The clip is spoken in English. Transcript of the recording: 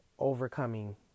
overcoming